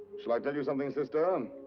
shall i tell you something, sister? um